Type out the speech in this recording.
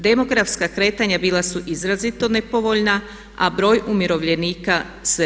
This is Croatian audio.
Demografska kretanja bila su izrazito nepovoljna, a broj umirovljenika sve veći.